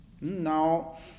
Now